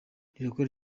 rirakora